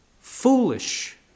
Foolish